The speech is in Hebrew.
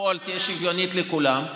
שבפועל תהיה שוויוניות לכולם,